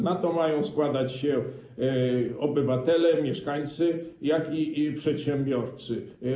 Na to mają składać się zarówno obywatele, mieszkańcy, jak i przedsiębiorcy.